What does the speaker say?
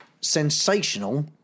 sensational